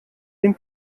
dem